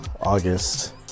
August